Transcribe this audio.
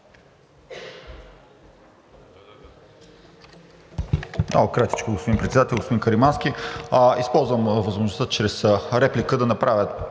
Много кратичко, господин Председател. Господин Каримански, използвам възможността чрез реплика да направя